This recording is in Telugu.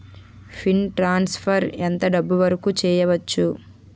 ఫండ్ ట్రాన్సఫర్ ఎంత డబ్బు వరుకు చేయవచ్చు?